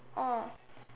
oh